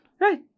Right